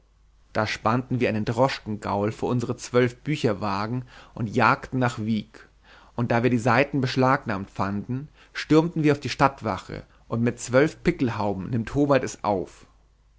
da spannten wir einen droschkengaul vor unsere zwölf bücherwagen und jagten nach wiek und da wir die saiten beschlagnahmt fanden stürmten wir auf die stadtwache und mit zwölf pickelhauben nimmt howald es auf